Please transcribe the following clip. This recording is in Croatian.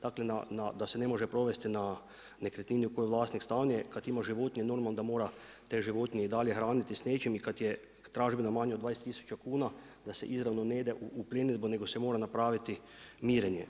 Dakle, da e ne može provesti na nekretnini u kojoj vlasnik stanuje, kad ima životinje, normalno da mora, te životinje i dalje hraniti s nečim i kad je tražbina manja od 20000 kn, da se izravno ne ide u pljenidbu, nego se mora napraviti mirenje.